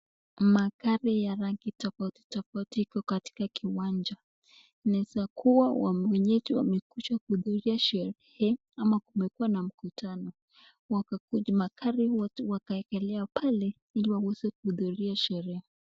Magari ya rangi tofauti tofauti iko katika kiwanja. Inaeza kuwa wenyeji wamekuja kupiga sherehe ama kumekuwa na mkutano. Magari wakaekelea pale ili waweze kuhudhuria sherehe.